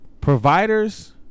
Providers